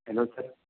hello sir